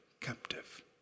captive